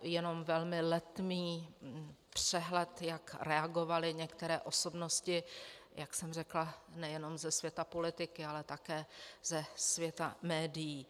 Jenom velmi letmý přehled, jak reagovaly některé osobnosti, jak jsem řekla, nejenom ze světa politiky, ale také ze světa médií.